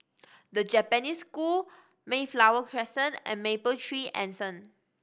The Japanese School Mayflower Crescent and Mapletree Anson